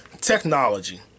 Technology